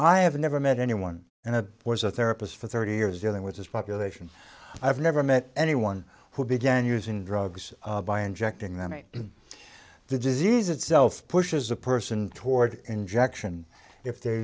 i have never met anyone and it was a therapist for thirty years dealing with this population i've never met anyone who began using drugs by injecting them in the disease itself pushes the person toward injection if they're